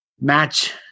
match